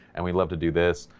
and we'd love to do this,